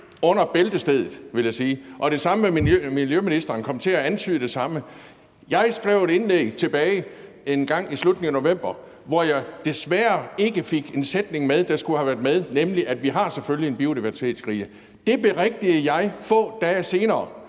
under lavmålet, vil jeg sige. Og miljøministeren kom til at antyde det samme. Jeg skrev et indlæg tilbage engang i slutningen af november, hvor jeg desværre ikke jeg fik en sætning med, der skulle have været med, nemlig at vi selvfølgelig har en biodiversitetskrise. Det berigtigede jeg få dage senere,